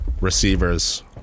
receivers